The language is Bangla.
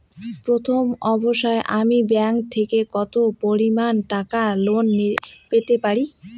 প্রথম অবস্থায় আমি ব্যাংক থেকে কত পরিমান টাকা লোন পেতে পারি?